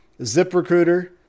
ZipRecruiter